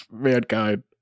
mankind